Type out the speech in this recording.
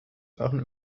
waren